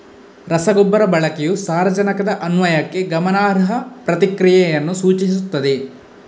ರಸಗೊಬ್ಬರ ಬಳಕೆಯು ಸಾರಜನಕದ ಅನ್ವಯಕ್ಕೆ ಗಮನಾರ್ಹ ಪ್ರತಿಕ್ರಿಯೆಯನ್ನು ಸೂಚಿಸುತ್ತದೆ